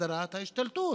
הסדרת ההשתלטות.